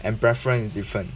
and preference different